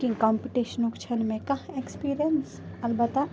cooking کَمپِٹیشنُک چھِنہٕ مےٚ کانٛہہ اٮ۪کٔسپیرینَس البتہ